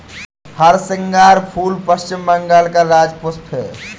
हरसिंगार फूल पश्चिम बंगाल का राज्य पुष्प है